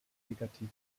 negativ